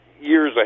years